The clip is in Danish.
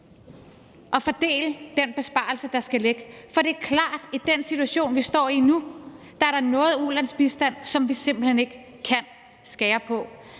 at fordele den besparelse, der skal ligge. For det er klart, at i den situation, vi står i nu, er der noget ulandsbistand, som vi simpelt hen ikke kan skære ned